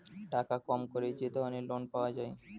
টাকা কম করে যে ধরনের লোন পাওয়া যায়